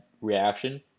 reaction